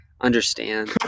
understand